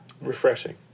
Refreshing